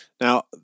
Now